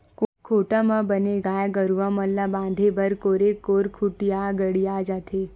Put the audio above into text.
कोठा म बने गाय गरुवा मन ल बांधे बर कोरे कोर खूंटा गड़ियाये जाथे